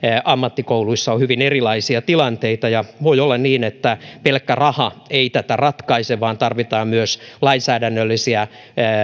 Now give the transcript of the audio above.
ammattikouluissa on hyvin erilaisia tilanteita ja voi olla niin että pelkkä raha ei tätä ratkaise vaan tarvitaan myös lainsäädännöllisiä